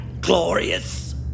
glorious